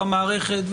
המערכת,